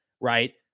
right